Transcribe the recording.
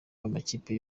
b’amakipe